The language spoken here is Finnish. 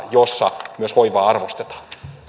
yhteiskuntaa jossa myös hoivaa arvostetaan